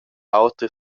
auter